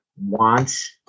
Wants